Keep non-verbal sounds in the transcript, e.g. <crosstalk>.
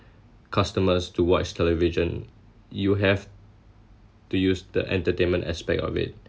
customers to watch television you have to use the entertainment aspect of it <breath> and